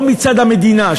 או מצד המדינה,